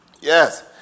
Yes